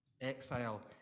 Exile